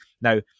now